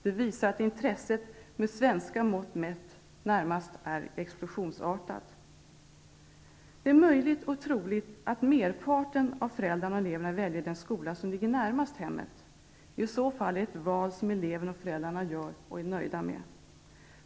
Det visar att intresset med svenska mått mätt är närmast explosionsartat. Det är möjligt och troligt att merparten av föräldrar och elever väljer den skola som ligger närmast hemmet, och i så fall är det ett val som eleven och föräldrarna gör och är nöjda med.